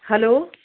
hello